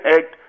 Act